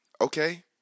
okay